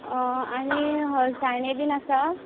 आनी हळसांदे बी आसा